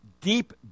Deep